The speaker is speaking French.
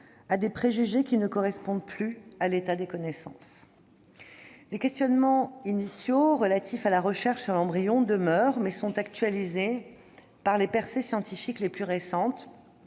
à des préjugés qui ne correspondent plus à l'état des connaissances. Ainsi, des questionnements initiaux relatifs à la recherche sur l'embryon demeurent, mais actualisés par les percées scientifiques les plus récentes,